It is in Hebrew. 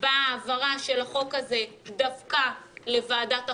בהעברה של החוק הזה דווקא לוועדת החוקה.